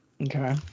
Okay